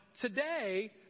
today